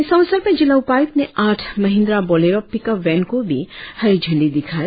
इस अवसर पर जिला उपायुक्त ने आठ महिन्द्रा बोलेरो पिकअप वेन को भी हरी झंडी दिखाई